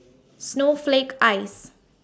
Snowflake Ice